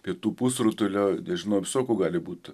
pietų pusrutulio nežinau visokių gali būt